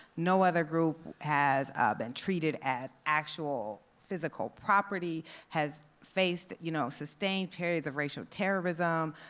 no other group has ah been treated as actual physical property, has faced you know sustained periods of racial terrorism.